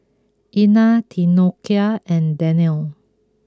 Ina Theodocia and Danelle